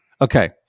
Okay